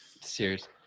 Serious